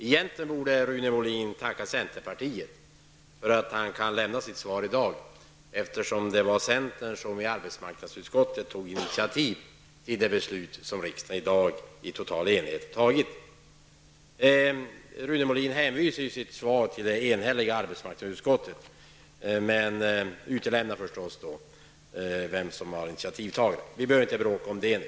Egentligen borde industriministern tacka centerpartiet för att han kunde lämna sitt svar i dag, eftersom det var centern som i arbetsmarknadsutskottet tog initiativ till det beslut som riksdagen i dag fattade i total enighet. Rune Molin hänvisar i sitt svar till ett enhälligt arbetsmarknadsutskott, men han utelämnar förstås vem som var initiativtagare. Vi skall nu inte bråka om det.